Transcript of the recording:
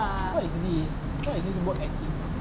what is this what is this work ethic